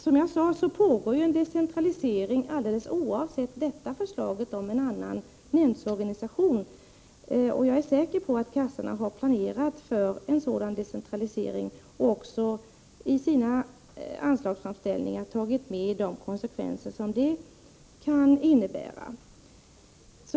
Som jag sade pågår en decentralisering alldeles oavsett detta förslag om en annan nämndorganisation, och jag är säker på att kassorna har planerat för en sådan decentralisering och i sina anslagsframställningar har tagit med de konsekvenser som den kan innebära.